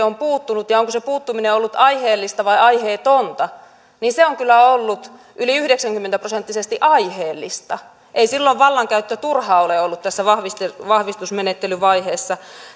on puuttunut ja onko se puuttuminen ollut aiheellista vai aiheetonta se on kyllä ollut yli yhdeksänkymmentä prosenttisesti aiheellista ei silloin vallankäyttö turhaa ole ollut tässä vahvistusmenettelyvaiheessa